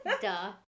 Duh